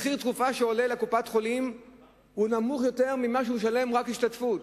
מחיר התרופה לקופת-החולים נמוך יותר ממה שהוא משלם רק על השתתפות,